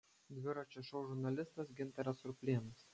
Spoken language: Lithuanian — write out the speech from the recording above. dviračio šou žurnalistas gintaras ruplėnas